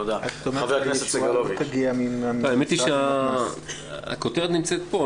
האמת שהכותרת נמצאת כאן.